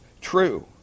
true